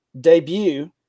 debut